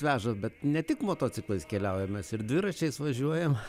veža bet ne tik motociklais keliaujam mes ir dviračiais važiuojam